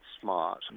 smart